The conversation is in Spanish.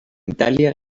italia